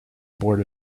board